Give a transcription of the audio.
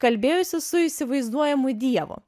kalbėjosi su įsivaizduojamu dievu